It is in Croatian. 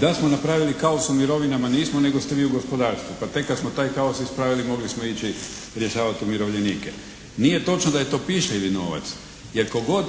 Da smo napravili kaos sa mirovinama nismo, nego ste vi u gospodarstvu, pa tek kad smo taj kaos ispravili mogli smo ići rješavati umirovljenike. Nije točno da je to pišljivi novac, jer tko god,